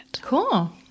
Cool